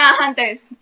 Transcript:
hunters